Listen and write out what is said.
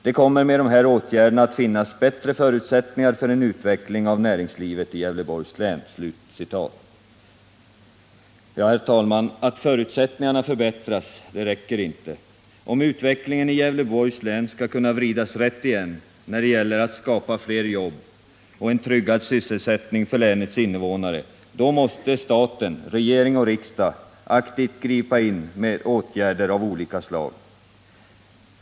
Det kommer med de här åtgärderna att finnas bättre förutsättningar för en utveckling i näringslivet i Gävleborgs län.” Herr talman! Att förutsättningarna förbättras räcker inte. Om utvecklingen i Gävleborgs län skall kunna vridas rätt igen när det gäller att skapa fler jobb och en tryggad sysselsättning för länets invånare måste staten — regering och riksdag — aktivt gripa in med åtgärder av olika slag.